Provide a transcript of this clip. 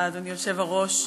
אדוני היושב-ראש.